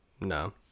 No